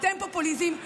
אתם פופוליזם,